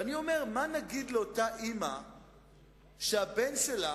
ואני אומר: מה נגיד לאותה אמא שהבן שלה